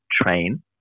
train